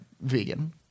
vegan